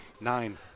Nine